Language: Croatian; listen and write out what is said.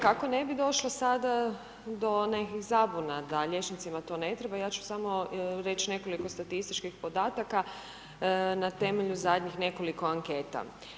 Kako ne bi došlo sada do nekih zabuna da liječnicima to ne treba ja ću samo reći nekoliko statističkih podataka na temelju zadnjih nekoliko anketa.